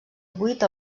vuit